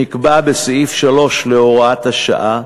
שנקבעה בסעיף 3 להוראת השעה,